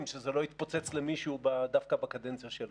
שזה לא יתפוצץ למישהו דווקא בקדנציה שלו.